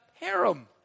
harem